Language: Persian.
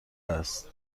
است